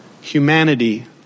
Humanity